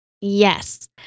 Yes